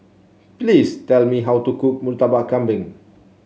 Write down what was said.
please tell me how to cook Murtabak Kambing